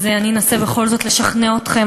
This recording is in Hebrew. אני אנסה בכל זאת לשכנע אתכם.